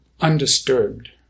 undisturbed